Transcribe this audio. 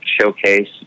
Showcase